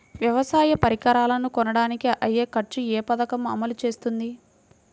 వ్యవసాయ పరికరాలను కొనడానికి అయ్యే ఖర్చు ఏ పదకము అమలు చేస్తుంది?